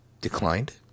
declined